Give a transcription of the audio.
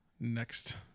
Next